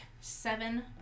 seven